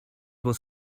was